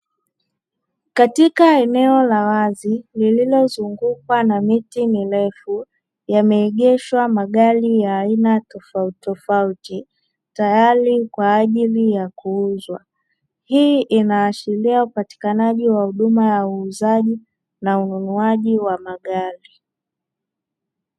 Katika eneo la wazi lililozungukwa na miti mirefu yamezungukwa magari ya aina tofauti tofauti tayari kwa ajili ya kuuzwa hii inaashiria upatikanaji wa huduma ya uuzaji na ununuaji wa magari.